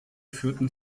führten